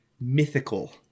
mythical